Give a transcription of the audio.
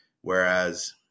Whereas